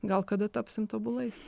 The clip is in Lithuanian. gal kada tapsim tobulais